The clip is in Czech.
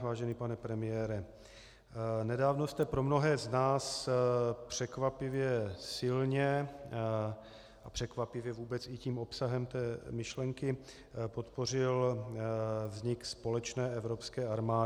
Vážený pane premiére, nedávno jste pro mnohé z nás překvapivě silně a překvapivě vůbec i tím obsahem té myšlenky podpořil vznik společné evropské armády.